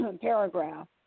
paragraph